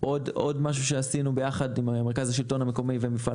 עוד משהו שעשינו יחד עם מרכז השלטון המקומי ומפעל